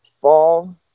fall